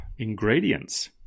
ingredients